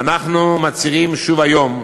ואנחנו מצהירים שוב היום,